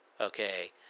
Okay